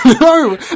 no